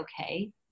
okay